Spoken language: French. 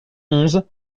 onze